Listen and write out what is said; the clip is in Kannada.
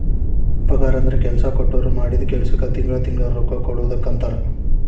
ಪಗಾರಂದ್ರ ಕೆಲ್ಸಾ ಕೊಟ್ಟೋರ್ ಮಾಡಿದ್ ಕೆಲ್ಸಕ್ಕ ತಿಂಗಳಾ ತಿಂಗಳಾ ರೊಕ್ಕಾ ಕೊಡುದಕ್ಕಂತಾರ